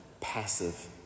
passive